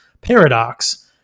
paradox